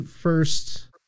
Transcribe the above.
first